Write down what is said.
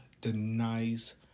denies